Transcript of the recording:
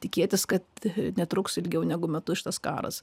tikėtis kad netruks ilgiau negu metus šitas karas